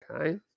Okay